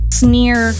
sneer